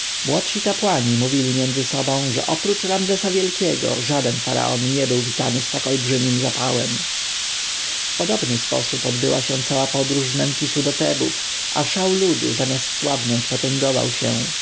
młodsi kapłani mówili między sobą że oprócz ramzesa wielkiego żaden faraon nie był witany z tak olbrzymim zapałem w podobny sposób odbyła się cała podróż od memfisu do tebów a szał ludu zamiast słabnąć potęgował się